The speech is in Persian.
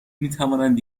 میتوانند